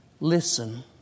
Listen